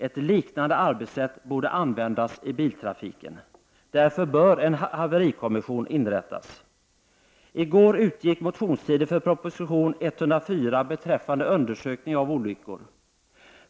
Ett liknande arbetssätt borde användas i biltrafiken. Därför bör en haverikommission inrättas. I går utgick motionstiden för proposition 104 beträffande undersökning av olyckor.